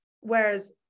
Whereas